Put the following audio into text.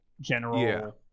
general